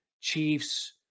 Chiefs